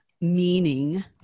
meaning